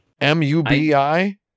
M-U-B-I